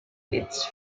its